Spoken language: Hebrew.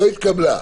לא התקבלה.